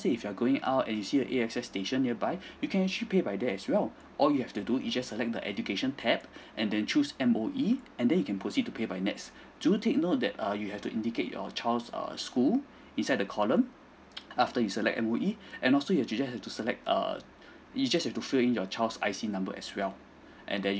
say if you're going out and you see A_X_S station nearby you can actually pay by that as well all you have to do you just select the education tab and then choose M_O_E and then you can proceed to pay by nets do take note that err you have to indicate your child's err school inside the column after you select M_O_E and also you just have to select err you just have to fill in your child's I_C number as well and then